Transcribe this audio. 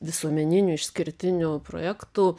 visuomeninių išskirtinių projektų